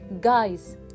guys